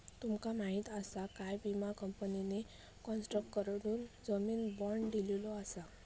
तुमका माहीत आसा काय, विमा कंपनीने कॉन्ट्रॅक्टरकडसून जामीन बाँड दिलेलो आसा